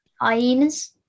hyenas